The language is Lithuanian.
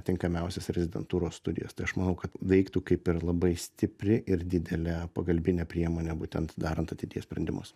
tinkamiausias rezidentūros studijas tai aš manau kad veiktų kaip ir labai stipri ir didelė pagalbinė priemonė būtent darant ateities sprendimus